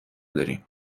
داریم